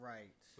Right